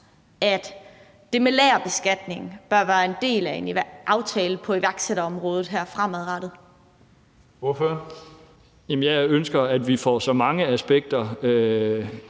at det med lagerbeskatningen bør være en del af en aftale på iværksætterområdet fremadrettet? Kl. 14:25 Tredje næstformand (Karsten